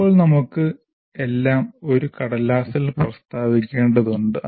ഇപ്പോൾ നമുക്ക് എല്ലാം ഒരു കടലാസിൽ പ്രസ്താവിക്കേണ്ടതുണ്ട്